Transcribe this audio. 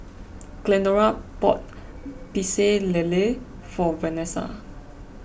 Glendora bought Pecel Lele for Vanesa